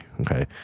Okay